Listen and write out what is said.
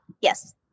yes